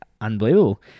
unbelievable